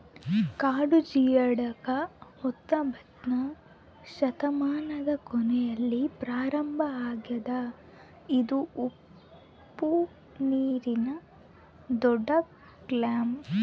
ಕಾಡು ಜಿಯೊಡಕ್ ಹತ್ತೊಂಬೊತ್ನೆ ಶತಮಾನದ ಕೊನೆಯಲ್ಲಿ ಪ್ರಾರಂಭ ಆಗ್ಯದ ಇದು ಉಪ್ಪುನೀರಿನ ದೊಡ್ಡಕ್ಲ್ಯಾಮ್